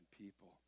people